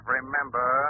remember